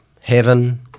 Heaven